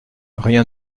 rien